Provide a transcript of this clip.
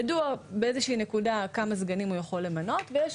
ידוע באיזושהי נקודה כמה סגנים הוא יכול למנות ויש